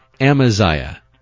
Amaziah